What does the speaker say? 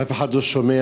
שאף אחד לא שומע?